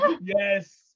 Yes